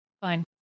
fine